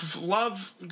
Love